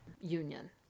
union